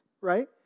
right